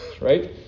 Right